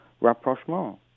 rapprochement